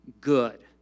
good